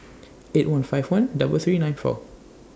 eight one five one double three nine four